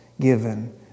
given